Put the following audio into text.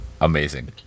amazing